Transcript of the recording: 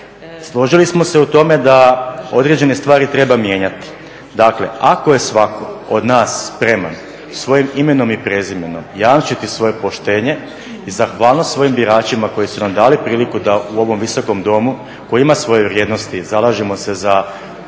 Složili smo se u tome da određene stvari treba mijenjati. Dakle ako je svako od nas spreman svojim imenom i prezimenom jamčiti svoje poštenje i zahvalnost svojim biračima koji su nam dali priliku da u ovom Visokom domu koji ima svoje vrijednosti i zalažemo se za